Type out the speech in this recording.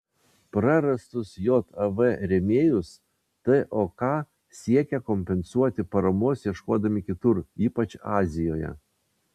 prarastus jav rėmėjus tok siekė kompensuoti paramos ieškodami kitur ypač azijoje